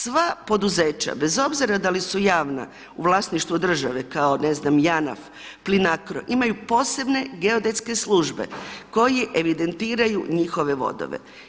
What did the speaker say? Sva poduzeća bez obzira da li su javna, u vlasništvu države kao, ne znam, Janaf, Plinacro, imaju posebne geodetske službe koje evidentiraju njihove vodove.